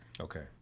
Okay